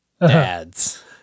dads